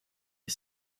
les